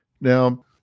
Now